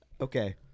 Okay